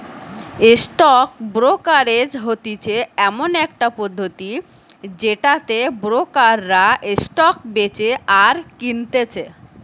stock brokerage হতিছে এমন একটা পদ্ধতি যেটাতে ব্রোকাররা স্টক বেচে আর কিনতেছে